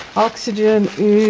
oxygen